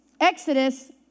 Exodus